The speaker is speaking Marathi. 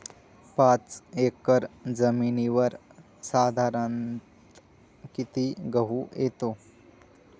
पाच एकर जमिनीवर साधारणत: किती गहू येतो?